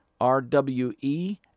RWE